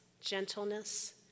gentleness